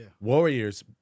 warriors